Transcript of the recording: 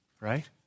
Right